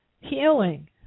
healing